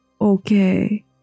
okay